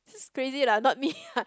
this is crazy lah not me lah